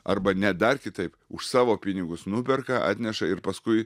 arba net dar kitaip už savo pinigus nuperka atneša ir paskui